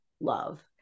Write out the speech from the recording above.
Love